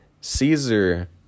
Caesar